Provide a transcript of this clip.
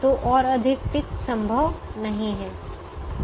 तो और अधिक टिक संभव नहीं है